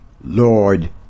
Lord